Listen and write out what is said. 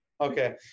Okay